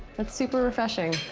that's super refreshing.